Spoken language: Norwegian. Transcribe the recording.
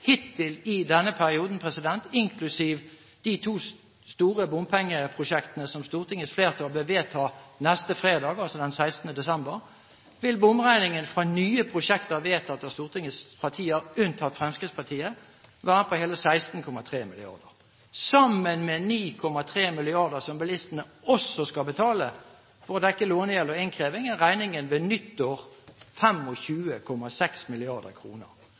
Hittil i denne perioden – inklusiv de to store bompengeprosjektene som Stortingets flertall vil vedta neste fredag, den 16. desember – vil bompengeregningen fra nye prosjekter vedtatt av Stortingets partier unntatt Fremskrittspartiet, være på hele 16,3 mrd. kr. Sammen med 9,3 mrd. kr, som bilistene også skal betale for å dekke lånegjeld og innkreving, er regningen ved nyttår